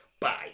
Bye